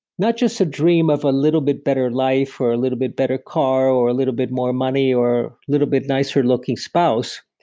not just a dream of a little bit better life or a little bit better car or a little bit more money or little bit nicer looking spouse,